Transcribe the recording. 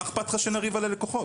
מה אכפת לך שנריב על הלקוחות?